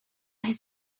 his